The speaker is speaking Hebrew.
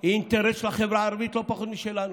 היא אינטרס של החברה הערבית לא פחות משלנו.